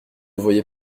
voyais